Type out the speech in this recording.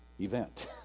event